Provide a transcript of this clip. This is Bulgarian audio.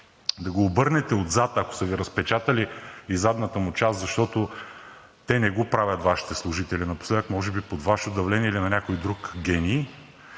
да го обърнете отзад, ако са Ви разпечатали и задната му част, защото не го правят Вашите служители напоследък, може би под Ваше давление или на някой друг гений,